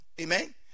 Amen